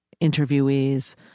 interviewees